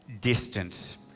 distance